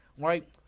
right